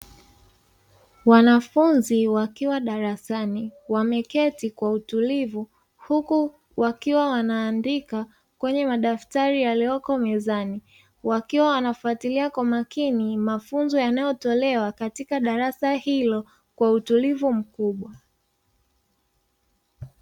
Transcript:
Wanafunzi wakiwa darasani wameketi kwa utulivu, huku wakiwa wanaandika kwenye madaftari yaliyoko mezani, wakiwa wanafuatilia kwa makini mafunzo yanayotolewa katika darasa hilo kwa utulivu mkubwa.